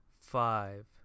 five